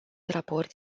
raport